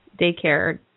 Daycare